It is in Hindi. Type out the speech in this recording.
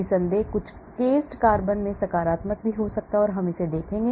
निस्संदेह कुछ cased carbons में सकारात्मक भी हो सकता है हम इसे देखेंगे